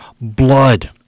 blood